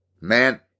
Man